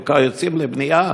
וכבר יוצאים לבנייה,